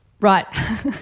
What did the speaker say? Right